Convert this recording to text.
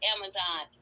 Amazon